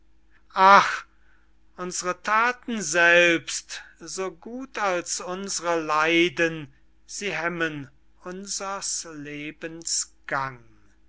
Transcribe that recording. ach unsre thaten selbst so gut als unsre leiden sie hemmen unsres lebens